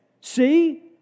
see